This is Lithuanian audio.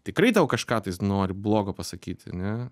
tikrai tau kažką tais nori blogo pasakyti ane